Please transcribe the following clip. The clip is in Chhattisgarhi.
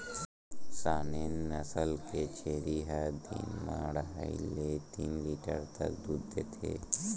सानेन नसल के छेरी ह दिन म अड़हई ले तीन लीटर तक दूद देथे